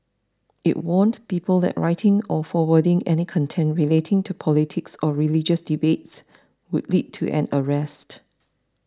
it warned people that writing or forwarding any content related to politics or religious debates would lead to an arrest